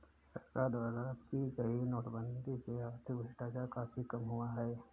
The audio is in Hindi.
सरकार द्वारा की गई नोटबंदी से आर्थिक भ्रष्टाचार काफी कम हुआ है